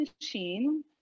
machine